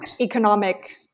economic